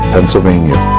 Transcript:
Pennsylvania